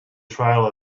trail